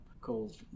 called